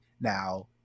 now